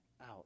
out